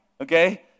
Okay